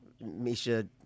Misha